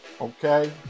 Okay